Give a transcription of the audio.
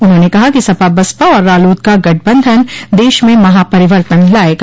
उन्होंने कहा कि सपा बसपा और रालोद का गठबंधन देश में महापरिवर्तन लायेगा